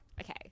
Okay